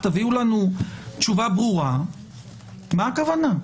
תביאו לנו תשובה ברורה לגבי הכוונה.